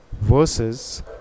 Versus